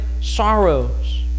sorrows